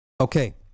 Okay